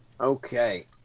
Okay